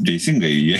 teisingai jie